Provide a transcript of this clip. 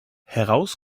heraus